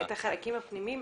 את החלקים הפנימיים.